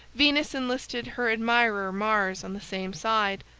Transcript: venus enlisted her admirer mars on the same side,